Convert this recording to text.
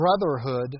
brotherhood